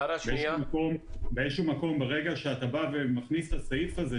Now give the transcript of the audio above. באיזשהו מקום ברגע אתה בא ומכניס את הסעיף הזה,